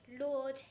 Lord